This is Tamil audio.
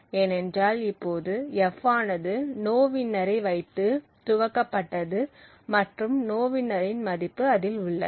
ஏனென்றால் இப்போது f ஆனது நோவின்னர் ஐ வைத்து துவக்கப்பட்டது மற்றும் நோவின்னரின் மதிப்பு அதில் உள்ளது